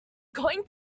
going